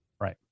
Right